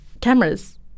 cameras